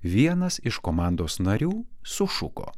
vienas iš komandos narių sušuko